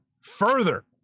further